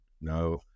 No